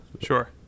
Sure